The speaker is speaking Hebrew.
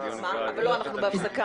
אנחנו בהפסקה,